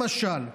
למשל,